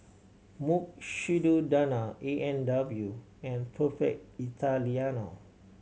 Mukshidonna A and W and Perfect Italiano